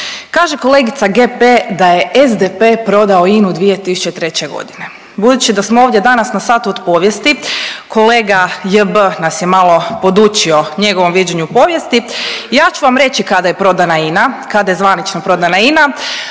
Kaže kolegica GP da je SDP prodao INA-u 2003.g., budući da smo ovdje danas na satu od povijesti kolega JB nas je malo podučio njegovom viđenju povijesti, ja ću vam reći kada je prodana INA